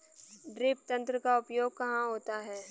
Drip तंत्र का उपयोग कहाँ होता है?